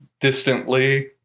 distantly